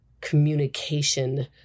communication